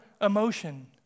emotion